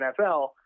NFL